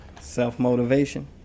Self-motivation